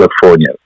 California